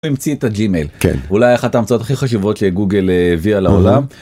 הוא המציא את הגמייל, כן. אולי אחת האמצעות הכי חשובות שגוגל הביאה לעולם.